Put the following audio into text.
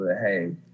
Hey